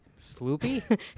Sloopy